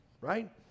right